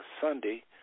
Sunday